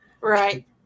Right